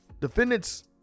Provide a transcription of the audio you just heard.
defendants